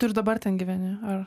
tu ir dabar ten gyveni ar